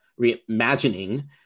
reimagining